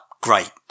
great